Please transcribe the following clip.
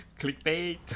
clickbait